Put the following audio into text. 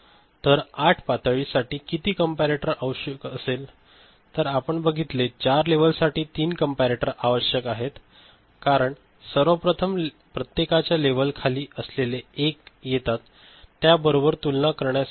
तर 8 पातळी साठी किती कंपॅरटर आवश्यक असेल जसे आपण बघितले 4 लेव्हल्ससाठी 3 कंपॅक्टर आवश्यक आहेत कारण सर्वप्रथम प्रत्येकाच्या लेवल खाली असलेले एक येतात त्या बरोबर तुलना करण्यासाठी